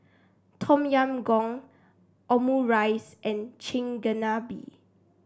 Tom Yam Goong Omurice and Chigenabe